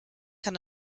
kann